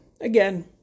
Again